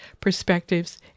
perspectives